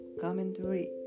Commentary